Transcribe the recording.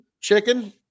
chicken